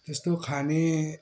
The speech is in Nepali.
त्यस्तो खाने